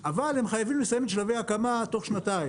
אבל הם חייבים לסיים את שלבי ההקמה תוך שנתיים,